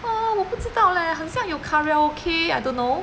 哦我不知道 leh 很像有 karaoke I don't know